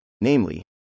namely